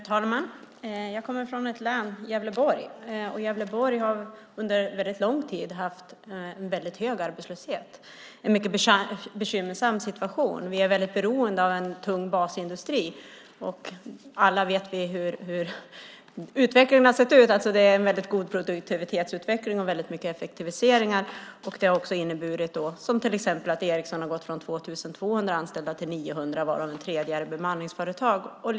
Fru talman! Jag kommer från ett län, Gävleborg, som under väldigt lång tid har haft väldigt hög arbetslöshet. Det är en bekymmersam situation. Vi är beroende av en tung basindustri. Vi vet alla hur utvecklingen har sett ut. Det har skett en väldigt god produktivitetsutveckling och mycket effektiviseringar. Det har också inneburit till exempel att Ericsson har gått från 2 200 anställda till 900, varav bemanningsföretag står för en tredjedel.